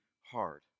hard